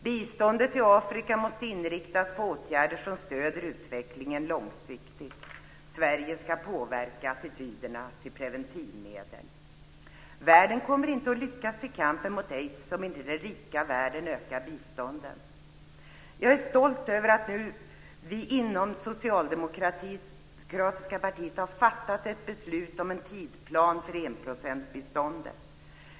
Biståndet till Afrika måste inriktas på åtgärder som stöder utvecklingen långsiktigt. Sverige ska påverka attityderna till preventivmedel. Världen kommer inte att lyckas i kampen mot aids om inte den rika världen ökar biståndet. Jag är stolt över att vi i det socialdemokratiska partiet har fattat ett beslut om en tidsplan för enprocentsbiståndet.